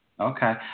Okay